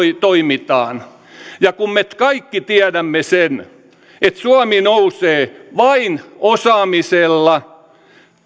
toimitaan me kaikki tiedämme sen että suomi nousee vain osaamisella